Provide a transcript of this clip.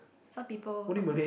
some people some